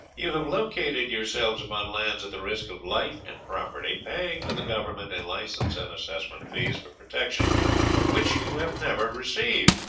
you have located yourselves upon lands at the risk of life and property, paying to the government in license and assessment fees for protection which you have never received,